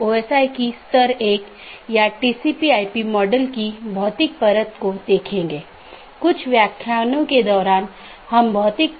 जैसा कि हम पिछले कुछ लेक्चरों में आईपी राउटिंग पर चर्चा कर रहे थे आज हम उस चर्चा को जारी रखेंगे